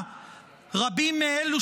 רבים מהנרצחים במסיבה,